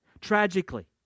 Tragically